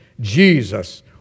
Jesus